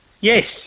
Yes